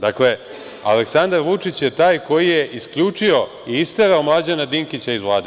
Dakle, Aleksandar Vučić je taj koji je isključio i isterao Mlađana Dinkića iz Vlade.